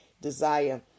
desire